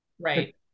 Right